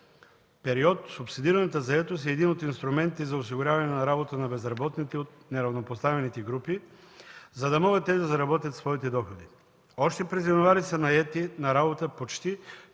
период, субсидираната заетост е един от инструментите за осигуряване на работа на безработните от неравнопоставените групи, за да могат те да заработят своите доходи. Още през месец януари са наети на работа почти